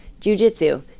jujitsu